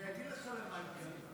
אני אגיד לך למה התנגדנו.